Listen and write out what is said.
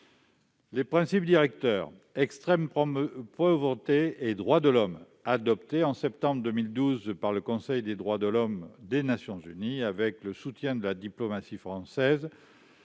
des Nations unies sur l'extrême pauvreté et les droits de l'homme, adoptés en septembre 2012 par le Conseil des droits de l'homme des Nations unies avec le soutien de la diplomatie française,